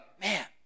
man